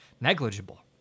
negligible